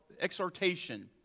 exhortation